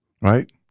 right